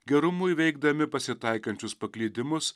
gerumu įveikdami pasitaikančius paklydimus